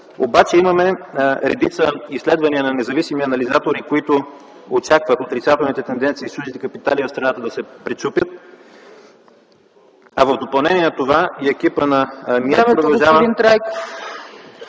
Обаче имаме редица изследвания на независими анализатори, които очакват отрицателните тенденции с чуждите капитали в страната да се пречупят, а в допълнение на това и екипът на Министерството